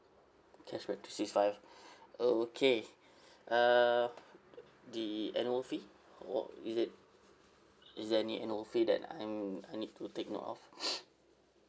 cashback three six five okay uh the annual fee wha~ is it is there any annual fee that I'm I need to take note of